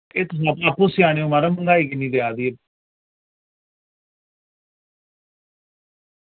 एह् तुस अप्पू अप्पू सयाने ओ माराज महंगाई किन्नी जा दी